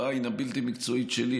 בעין הבלתי-מקצועית שלי,